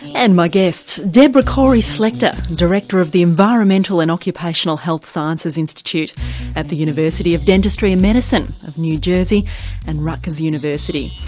and my guest deborah cory-slechta, director of the environmental and occupational health sciences institute at the university of dentistry and medicine in new jersey and rutgers university.